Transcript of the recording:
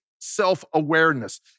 self-awareness